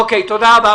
אוקיי, תודה רבה.